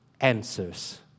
answers